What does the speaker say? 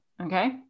okay